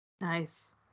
Nice